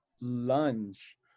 lunge